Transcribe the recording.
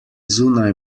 zunaj